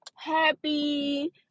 Happy